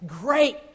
great